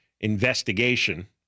investigation